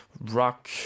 rock